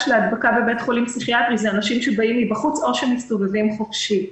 להדבקה בבית חולים פסיכיאטרי היא מאנשים שבאים מבחוץ או שמסתובבים חופשי.